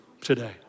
today